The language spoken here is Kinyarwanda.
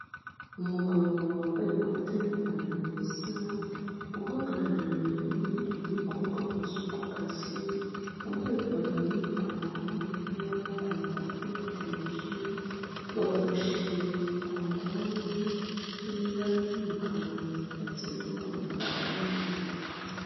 Umugabo wambaye ikote n'ipantaro bisa, uhagararanye n'undi mukobwa w'umuzungukazi, wambaye ipantaro y'umukara n'umupira w'amaboko magufi yatebeje, bafashe ku gitambaro cyo mu ibara ry'umukara cyanditseho amagambo y'umwiru.